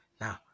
now